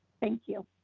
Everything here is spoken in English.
thank you.